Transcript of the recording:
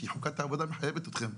כי חוקת העבודה מחייבת אתכם.